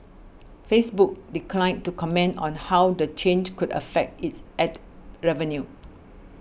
Facebook declined to comment on how the change could affect its ad revenue